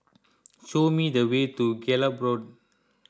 show me the way to Gallop Road